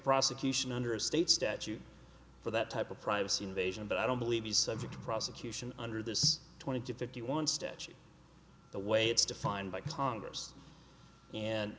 prosecution under a state statute for that type of privacy invasion but i don't believe he's subject to prosecution under this twenty to fifty one statute the way it's defined by congress and